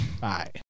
Bye